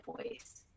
voice